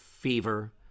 fever